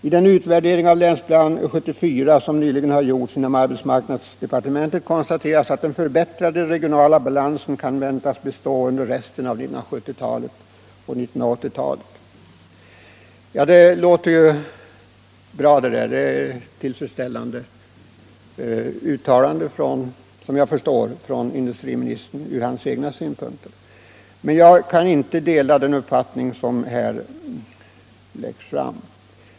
I den utvärdering av Länsplanering 1974 som nyligen har gjorts inom arbetsmarknadsdepartementet konstateras att den förbättrade regionala balansen kan väntas bestå under resten av 1970-talet och 1980-talet.” Det låter ju bra, och jag förstår att uttalandet från industriministerns egna synpunkter är tillfredsställande. Men jag kan inte dela den uppfattning som här förs fram.